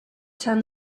turn